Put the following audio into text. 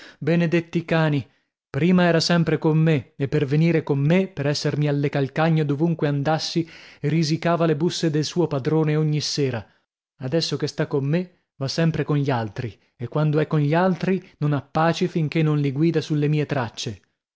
benedetti cani prima era sempre con me e per venire con me per essermi alle calcagna dovunque andassi risicava le busse del suo padrone ogni sera adesso che sta con me va sempre con gli altri e quando è con gli altri non ha pace finchè non li guida sulle mie tracce